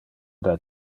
del